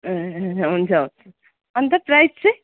ए हुन्छ हुन्छ अन्त प्राइस चाहिँ